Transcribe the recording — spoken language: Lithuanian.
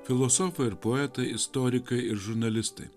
filosofai ir poetai istorikai ir žurnalistai